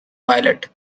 violet